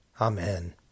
Amen